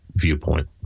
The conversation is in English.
Viewpoint